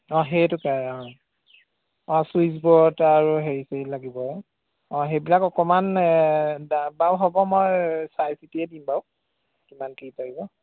অঁ সেইটোকে অঁ অঁ ছুইছ বৰ্ড আৰু সেইখিনি লাগিব অঁ সেইবিলাক অকণমান বাৰু হ'ব মই চাই চিতিয়ে দিম বাৰু কিমান কি পাৰিব